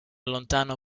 lontano